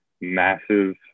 massive